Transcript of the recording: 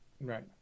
right